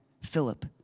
Philip